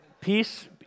peace